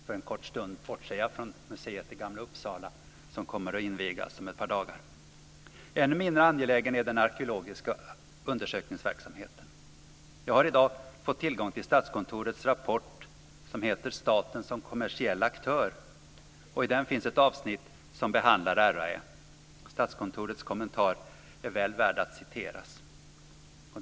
För en kort stund bortser jag från museet i Gamla Uppsala, som kommer att invigas om ett par dagar. Ännu mindre angelägen är den arkeologiska undersökningsverksamheten. Jag har i dag fått tillgång till Statskontorets rapport, som heter Staten som kommersiell aktör. I den finns ett avsnitt som behandlar RAÄ. Statskontorets kommentar är väl värd att läsa upp.